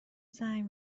زنگ